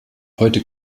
heute